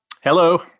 hello